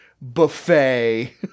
buffet